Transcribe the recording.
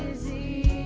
z